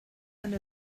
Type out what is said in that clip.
and